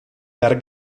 per